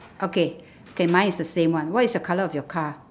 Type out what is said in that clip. okay K mine is the same one what's the colour of your car